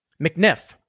McNiff